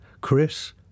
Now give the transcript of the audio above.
Chris